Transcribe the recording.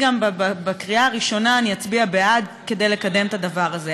ובקריאה הראשונה אצביע בעד כדי לקדם את הדבר הזה.